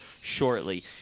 shortly